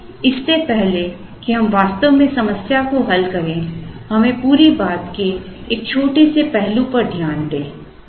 अब इससे पहले कि हम वास्तव में समस्या को हल करें हमें पूरी बात के एक छोटे से पहलू पर ध्यान दें